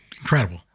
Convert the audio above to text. incredible